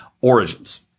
Origins